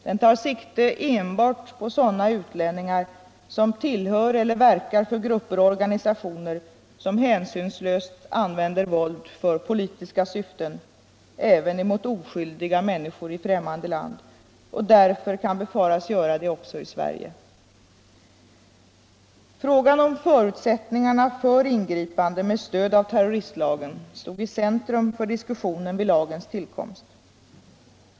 Den tar sikte enbart på sådana utlänningar som tillhör eller verkar för grupper och organisationer som hänsynslöst använder våld för politiska syften även mot oskyldiga människor i ffrämmande land och därför kan befaras göra detta också i Sverige. Frågan om förutsättningarna för ingripande med stöd av terroristlagen stod i centrum för diskussionen vid lagens tillkomst.